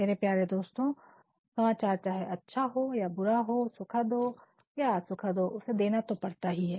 मेरे प्यारे दोस्तों समाचार चाहे अच्छा हो या बुरा सुखद हो या असुखद उसे देना तो पड़ता ही है